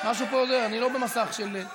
חברים, לא הייתה שום הצבעה.